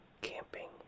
Camping